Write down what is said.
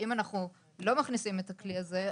ואם אנחנו לא מכניסים את הכלי הזה,